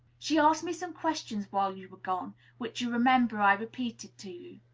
she asked me some questions, while you were gone, which you remember i repeated to you.